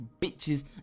bitches